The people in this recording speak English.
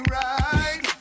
right